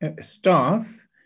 staff